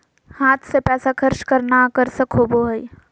हाथ से पैसा खर्च करना आकर्षक होबो हइ